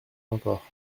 encore